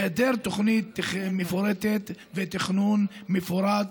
בהיעדר תוכנית מפורטת ותכנון מפורט,